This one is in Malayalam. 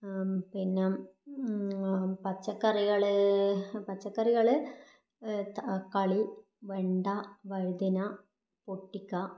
പിന്നെ പച്ചക്കറികൾ പച്ചക്കറികൾ തക്കാളി വെണ്ട വഴുതന പൊട്ടിക്ക